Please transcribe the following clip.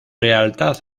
lealtad